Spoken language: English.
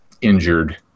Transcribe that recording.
injured